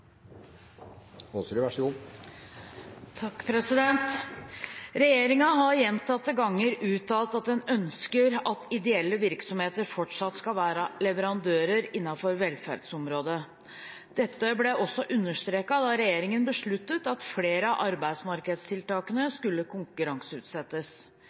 har gjentatte ganger uttalt at en ønsker at ideelle virksomheter fortsatt skal være leverandører innenfor velferdsområdet. Dette ble også understreket da regjeringen besluttet at flere av